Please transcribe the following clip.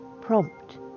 Prompt